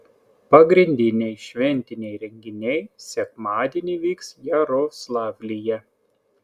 pagrindiniai šventiniai renginiai sekmadienį vyks jaroslavlyje